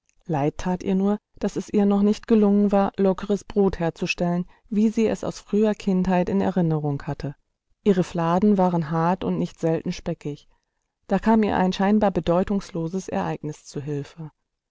leid tat ihr nur daß es ihr noch nicht gelungen war lockeres brot herzustellen wie sie es aus früher kindheit in erinnerung hatte ihre fladen waren hart und nicht selten speckig da kam ihr ein scheinbar bedeutungsloses ereignis zu hilfe